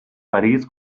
paris